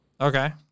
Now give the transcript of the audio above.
Okay